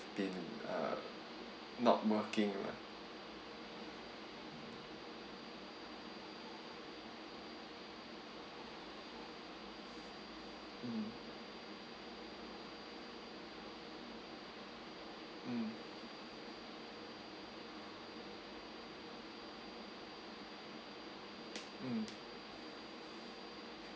been uh not working lah